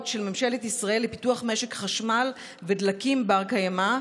של ממשלת ישראל לפיתוח משק חשמל ודלקים בר-קיימא,